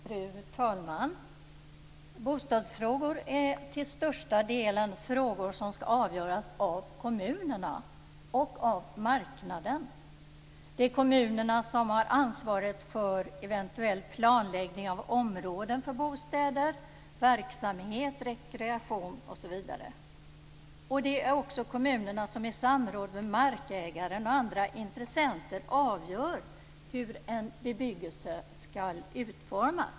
Fru talman! Bostadsfrågor är till största delen frågor som skall avgöras av kommunerna och av marknaden. Det är kommunerna som har ansvaret för eventuell planläggning av områden för bostäder, verksamhet, rekreation osv. Det är också kommunerna som i samråd med markägaren och andra intressenter avgör hur en bebyggelse skall utformas.